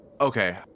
Okay